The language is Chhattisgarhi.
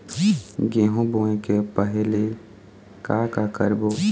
गेहूं बोए के पहेली का का करबो?